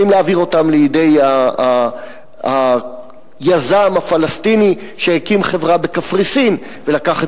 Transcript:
לידי היזם הפלסטיני שהקים חברה בקפריסין ולקח את